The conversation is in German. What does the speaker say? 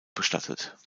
bestattet